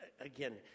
Again